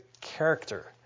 character